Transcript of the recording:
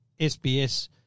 SBS